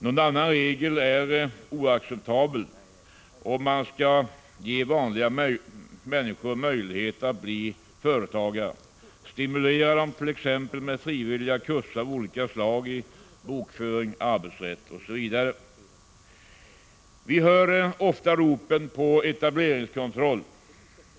Någon annan regel är oacceptabel om man vill ge vanliga människor möjlighet att bli företagare. De som tar vara på den möjligheten bör stimuleras att delta i frivilliga kurser av olika slag i bokföring, arbetsrätt m.m. Vi hör ofta ropen på etableringskontroll.